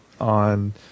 on